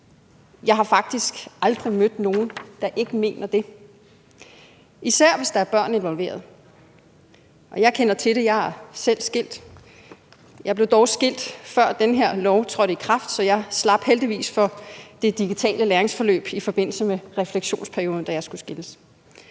Jeg har faktisk aldrig mødt nogen, der ikke mener det. Og jeg kender til det; jeg er selv skilt. Jeg blev dog skilt, før den her lov trådte i kraft, så jeg slap heldigvis for det digitale læringsforløb i forbindelse med refleksionsperioden, da jeg skulle skilles.